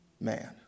man